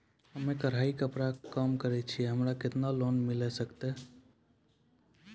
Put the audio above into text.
हम्मे कढ़ाई कपड़ा के काम करे छियै, हमरा केतना लोन मिले सकते?